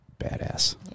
Badass